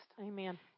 Amen